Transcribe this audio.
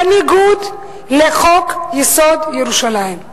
בניגוד לחוק-יסוד: ירושלים?